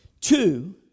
Two